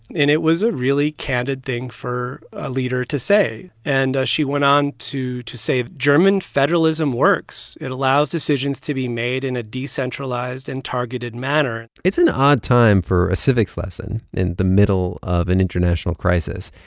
and it was a really candid thing for a leader to say and she went on to to say, german federalism works. it allows decisions to be made in a decentralized and targeted manner it's an odd time for a civics lesson in the middle of an international crisis,